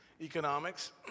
economics